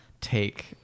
take